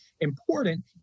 important